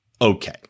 Okay